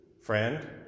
friend